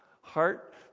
heart